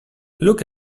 look